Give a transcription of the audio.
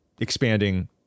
expanding